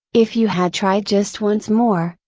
if you had tried just once more,